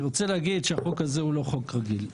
אני רוצה להגיד שהחוק הזה הוא לא חוק רגיל.